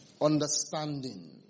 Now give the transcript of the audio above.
understanding